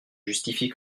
justifie